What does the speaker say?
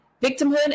victimhood